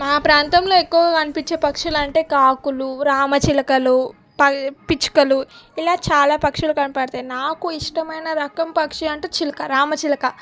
మా ప్రాంతంలో ఎక్కువగా కనిపించే పక్షులు అంటే కాకులు రామచిలకలు ప పిచ్చుకలు ఇలా చాలా పక్షులు కనపడతాయి నాకు ఇష్టమైన రకం పక్షి అంటే చిలక రామచిలక